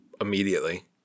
immediately